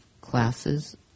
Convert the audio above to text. classes